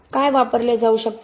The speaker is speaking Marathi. काय वापरले जाऊ शकते